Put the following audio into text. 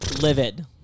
livid